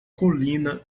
colina